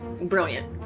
Brilliant